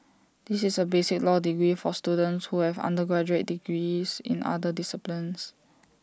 this is A basic law degree for students who have undergraduate degrees in other disciplines